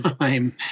time